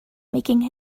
making